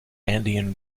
andean